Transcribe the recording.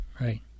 Right